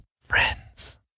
Friends